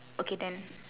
okay then